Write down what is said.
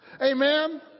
Amen